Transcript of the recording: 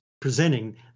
presenting